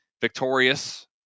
victorious